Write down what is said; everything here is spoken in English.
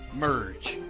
merge.